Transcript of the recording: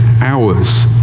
hours